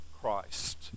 Christ